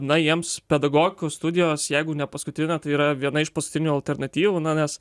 na jiems pedagogikos studijos jeigu ne paskutinė tai yra viena iš paskutinių alternatyvų nes